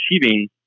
achieving